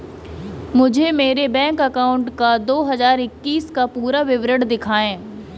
मुझे अपने bank account का दो हज़ार इक्कीस का पूरा विवरण दिखाएँ?